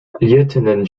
lieutenant